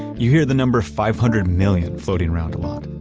you hear the number five hundred million floating around a lot.